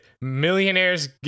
millionaires